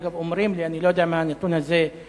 אגב, אומרים לי, אני לא יודע אם הנתון הזה נכון,